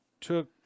took